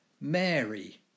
Mary